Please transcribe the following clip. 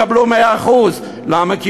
בסדר, יקבלו 100%. למה?